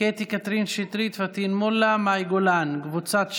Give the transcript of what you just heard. קטי קטרין שטרית, פטין מולא, מאי גולן, קבוצת ש"ס,